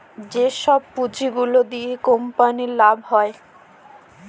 যেসব পুঁজি গুলো দিয়া কোম্পানির লাভ হয়